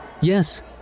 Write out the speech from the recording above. Yes